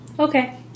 Okay